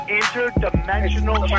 interdimensional